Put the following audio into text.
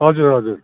हजुर हजुर